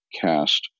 cast